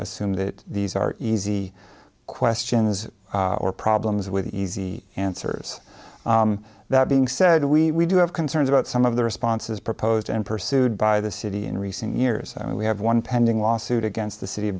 assume that these are easy questions or problems with easy answers that being said we do have concerns about some of the responses proposed and pursued by the city in recent years we have one pending lawsuit against the city of